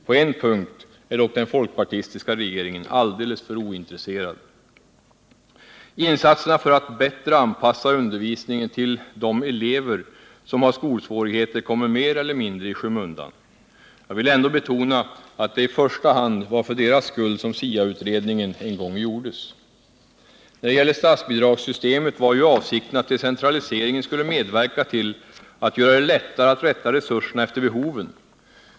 På en punkt är dock den folkpartistiska regeringen alldeles för ointresserad: insatserna för att bättre anpassa undervisningen till de elever som har skolsvårigheter kommer mereller mindre i skymundan. Jag vill ändå betona att det i första hand var för deras skull som SIA-utredningen en gång gjordes. När det gäller statsbidragssystemet var ju avsikten att decentraliseringen skulle medverka till att göra det lättare att rätta resurserna efter behoven.